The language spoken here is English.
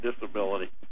disability